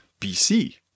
BC